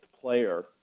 player